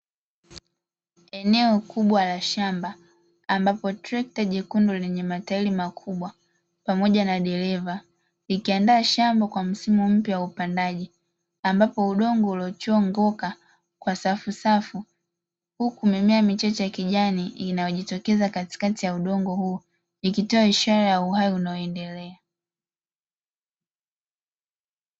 Eneo kubwa la shamba, ambapo trekta jekundu lenye matairi makubwa pamoja na dereva, likiandaa shamba kwa msimu mpya wa upandaji, ambapo udongo uliochongoka kwa safusafu, huku mimea michache ya rangi ya kijani inayojitokeza katikati ya udongo huo ikitoa ishara ya uhai unaoendelea.